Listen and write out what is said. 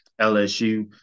LSU